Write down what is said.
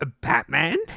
Batman